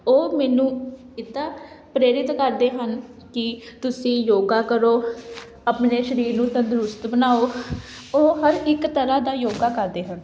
ਉਹ ਮੈਨੂੰ ਇੱਦਾਂ ਪ੍ਰੇਰਿਤ ਕਰਦੇ ਹਨ ਕਿ ਤੁਸੀਂ ਯੋਗਾ ਕਰੋ ਆਪਣੇ ਸਰੀਰ ਨੂੰ ਤੰਦਰੁਸਤ ਬਣਾਓ ਉਹ ਹਰ ਇੱਕ ਤਰ੍ਹਾਂ ਦਾ ਯੋਗਾ ਕਰਦੇ ਹਨ